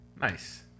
Nice